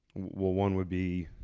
well, one would be.